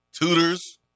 tutors